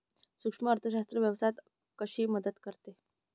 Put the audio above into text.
सूक्ष्म अर्थशास्त्र व्यवसायात कशी मदत करते?